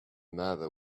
matter